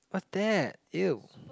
what's that [eww]